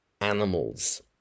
animals